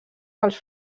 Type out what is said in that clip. pels